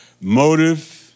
Motive